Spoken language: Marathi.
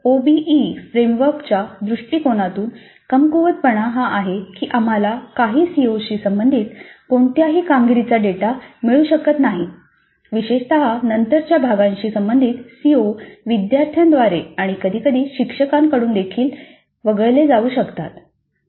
कारण ओबीई फ्रेमवर्कच्या दृष्टीकोनातून कमकुवतपणा हा आहे की आम्हाला काही सीओशी संबंधित कोणताही कामगिरीचा डेटा मिळू शकत नाही विशेषतः नंतरच्या भागाशी संबंधित सीओ विद्यार्थ्यांद्वारे आणि कधीकधी शिक्षकांकडूनदेखील वगळले जाऊ शकतात